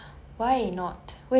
so